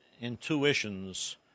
intuitions